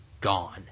gone